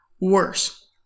worse